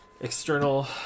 external